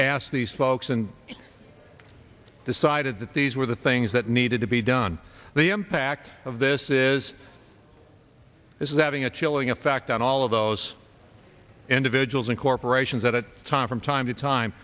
asked these folks and decided that these were the things that needed to be done the impact of this is is that being a chilling effect on all of those individuals and corporations that time from time to time